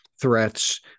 Threats